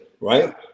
right